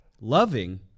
loving